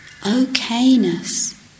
okayness